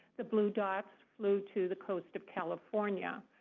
the blue dots flew to the coast of california.